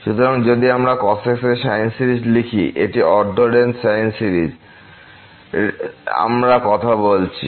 সুতরাং যদি আমরা cos x এর সাইন সিরিজ লিখি এটি অর্ধ রেঞ্জ সাইন সিরিজ আমরা কথা বলছি